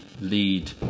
Lead